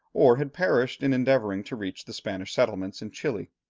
or had perished in endeavouring to reach the spanish settlements in chili.